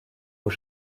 aux